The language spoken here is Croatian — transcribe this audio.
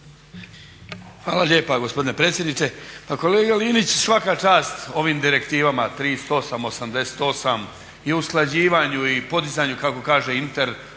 Hvala lijepa gospodine predsjedniče. Pa kolega Linić svaka čast ovim direktivama 38, 88 i usklađivanju i podizanju kako kaže